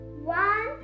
One